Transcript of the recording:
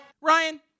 Ryan